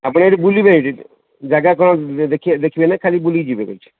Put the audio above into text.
ଆପଣ ଏଇଠି ବୁଲିବେ ଏଇଠି ଜାଗା କ'ଣ ଦେଖିବେ ଦେଖିବେ ନା ଖାଲି ବୁଲିକି ଯିବେ